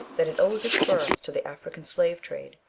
that it owes its birth to the african slave trade,